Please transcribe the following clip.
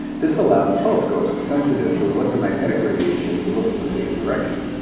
this allowed telescopes sensitive to electromagnetic radiation to look in the same direction.